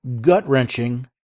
gut-wrenching